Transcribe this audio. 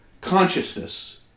consciousness